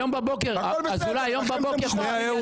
היום בבוקר --- אם זה היה דודי